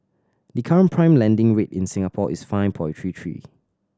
the current prime lending rate in Singapore is five point three three